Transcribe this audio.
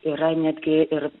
yra netgi ir